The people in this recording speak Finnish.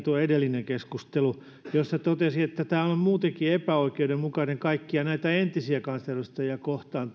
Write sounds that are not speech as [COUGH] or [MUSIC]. [UNINTELLIGIBLE] tuo edellinen keskustelu jossa totesin että tämä nyt esitetty malli on muutenkin epäoikeudenmukainen kaikkia näitä entisiä kansaedustajia kohtaan [UNINTELLIGIBLE]